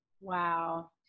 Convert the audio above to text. Wow